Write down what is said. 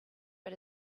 but